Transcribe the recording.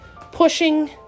pushing